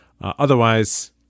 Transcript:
Otherwise